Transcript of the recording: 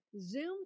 Zoom